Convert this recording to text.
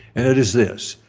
it is this,